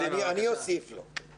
אני אוסיף לו.